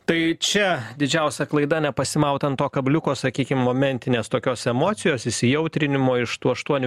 tai čia didžiausia klaida nepasimaut ant to kabliuko sakykim momentinės tokios emocijos įsijautrinimo iš tų aštuonių